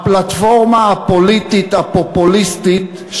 הפלטפורמה הפוליטית הפופוליסטית,